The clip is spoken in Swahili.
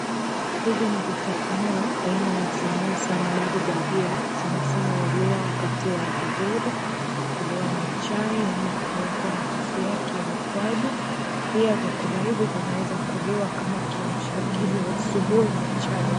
Hivi ni vitafunio aina ya samosa na maru bajia. Sanasana huliwa wakati wa adhuhuri, hukuliwa na chai ama kuwekwa na sosi yake ya ukwaju. Pia vyakula hivi vinaweza kuliwa kama kiamsha kinywa asubuhi na chai.